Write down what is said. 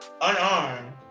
unarmed